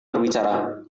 berbicara